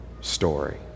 story